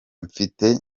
mfite